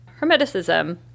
Hermeticism